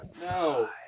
no